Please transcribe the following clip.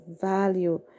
value